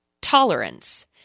tolerance